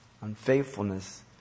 unfaithfulness